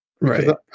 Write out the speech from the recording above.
Right